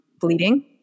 bleeding